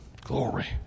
Glory